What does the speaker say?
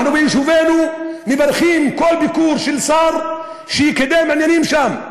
אנחנו ביישובינו מברכים כל ביקור של שר שיקדם עניינים שם,